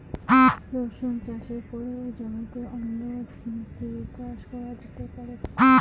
রসুন চাষের পরে ওই জমিতে অন্য কি চাষ করা যেতে পারে?